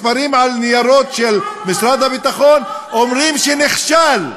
המספרים על ניירות של משרד הביטחון אומרים שנכשל.